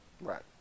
Right